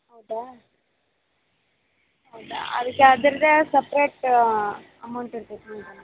ಹೌದಾ ಹೌದಾ ಅದಕ್ಕೆ ಅದರದ್ದೇ ಸಪ್ರೇಟ್ ಅಮೌಂಟ್ ಇರ್ತದೆ